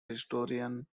historian